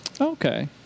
Okay